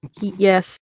Yes